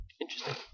Interesting